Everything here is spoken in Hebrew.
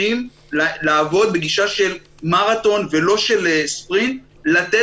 אתה חייב לעבור לרגע לאיזו מכונית יותר זריזה שיכולה לתת